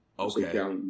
Okay